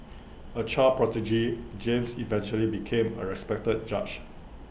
A child prodigy James eventually became A respected judge